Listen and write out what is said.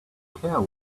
care